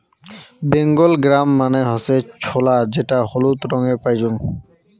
Bengal gram মানে হসে ছোলা যেটা হলুদ রঙে পাইচুঙ